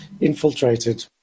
infiltrated